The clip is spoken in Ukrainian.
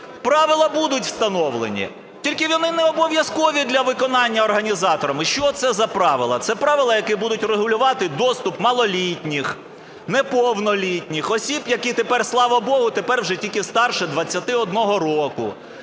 правила будуть встановлені, тільки вони не обов'язкові для виконання організаторами. Що це за правила? Це правила, які будуть регулювати доступ малолітніх, неповнолітніх осіб, які тепер, слава Богу, тепер вже тільки старше 21 року.